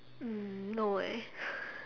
um no eh